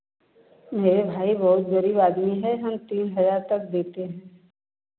मेरे भाई बहुत गरीब आदमी है हम तीन हज़ार तक देते हैं